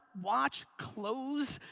watch, clothes,